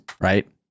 right